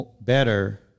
better